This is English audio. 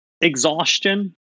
exhaustion